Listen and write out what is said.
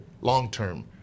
long-term